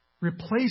Replace